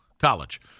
College